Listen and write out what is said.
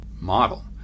model